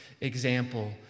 example